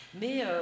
Mais